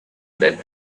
led